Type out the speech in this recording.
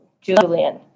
Julian